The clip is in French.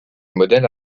modèles